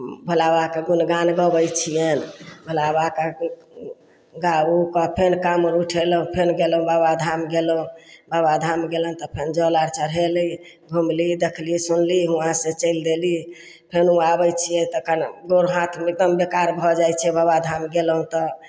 भोलाबाबा कऽ गुणगान गबै छियनि भोलाबाबाके गाउ के फेर कामर उठेलहुॅं फेर गेलहुॅं बाबाधाम गेलहुॅं बाबाधाम गेलहुॅं तऽ फेर जल आर चढ़ेली घुमली देखली सुनली हुआँ से चलि देली फेरू आबै छियै तखन गोड़ हाथ एकदम बेकार भऽ जाइ छै बाबाधाम गेलहुॅं तऽ